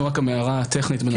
אופוזיציה וקואליציה,